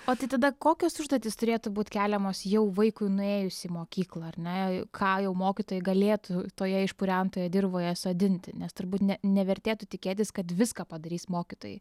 o tai tada kokios užduotys turėtų būti keliamos jau vaikui nuėjus į mokyklą ar ne ką jau mokytojai galėtų toje išpurentoje dirvoje sodinti nes turbūt ne nevertėtų tikėtis kad viską padarys mokytojai